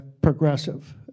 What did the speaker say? progressive